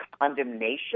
condemnation